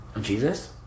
Jesus